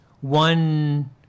one